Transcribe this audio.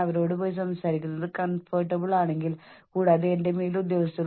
അടുത്തതായി എന്താണ് വരാനിരിക്കുന്നത് എന്നതിനെക്കുറിച്ചുള്ള അനിശ്ചിതത്വം വർദ്ധിക്കുന്നു